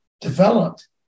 developed